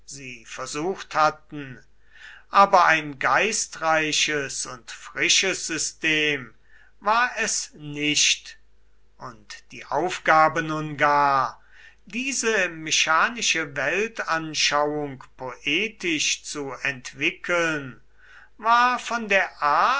sie versucht hatten aber ein geistreiches und frisches system war es nicht und die aufgabe nun gar diese mechanische weltanschauung poetisch zu entwickeln war von der art